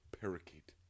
parakeet